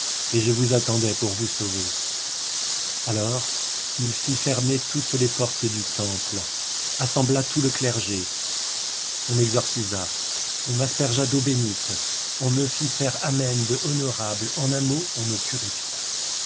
et je vous attendais pour vous sauver alors il fit fermer toutes les portes du temple assembla tout le clergé on m'exorcisa on m'aspergea d'eau bénite on me fit faire amen de honorable en un mot on me purifia